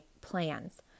plans